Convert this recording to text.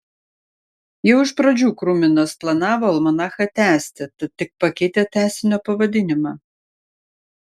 jau iš pradžių kruminas planavo almanachą tęsti tad tik pakeitė tęsinio pavadinimą